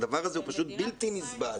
הדבר הזה הוא פשוט בלתי נסבל.